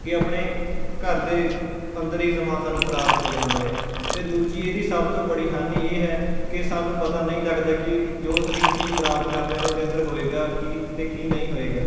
ਕਿ ਆਪਣੇ ਘਰ ਦੇ ਅੰਦਰ ਹੀ ਸਮਾਨ ਸਾਨੂੰ ਪ੍ਰਾਪਤ ਹੋ ਜਾਂਦਾ ਹੈ ਅਤੇ ਦੂਜੀ ਇਹਦੀ ਸਭ ਤੋਂ ਬੜੀ ਹਾਨੀ ਇਹ ਹੈ ਕਿ ਸਾਨੂੰ ਪਤਾ ਨਹੀਂ ਲੱਗਦਾ ਕਿ ਜੋ ਅਸੀਂ ਚੀਜ਼ ਪ੍ਰਾਪਤ ਕਰਦੇ ਹਾਂ ਉਸਦੇ ਅੰਦਰ ਹੋਏਗਾ ਕੀ ਅਤੇ ਕੀ ਨਹੀਂ ਹੋਏਗਾ